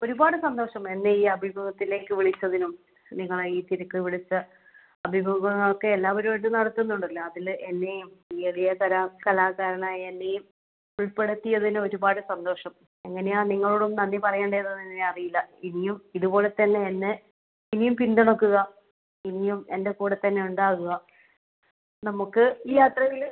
ഒരുപാട് സന്തോഷം എന്നെ ഈ അഭിമുഖത്തിലേക്ക് വിളിച്ചതിനും നിങ്ങളെ ഈ തിരക്ക് പിടിച്ച അഭിമുഖങ്ങളൊക്കെ എല്ലാവരുമായിട്ടും നടത്തുന്നുണ്ടല്ലോ അതിൽ എന്നെയും ഈ എളിയ കലാകലാകാരനായ എന്നെയും ഉൾപ്പെടുത്തിയതിന് ഒരുപാട് സന്തോഷം എങ്ങനെയാണ് നിങ്ങളോടും നന്ദി പറയണ്ടേ എന്ന് തന്നെ അറിയില്ല ഇനിയും ഇതുപോലെതന്നെ എന്നെ ഇനിയും പിന്തുണയ്ക്കുക ഇനിയും എൻ്റെ കൂടെ തന്നെ ഉണ്ടാവുക നമുക്ക് ഈ യാത്രയിൽ